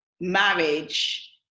marriage